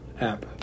App